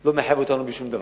לא מחייב אותנו בשום דבר.